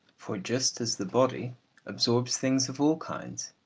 for just as the body absorbs things of all kinds,